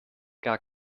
gar